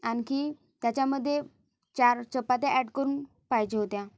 आणखी त्याच्यामध्ये चार चपात्या ॲड करून पाहिजे होत्या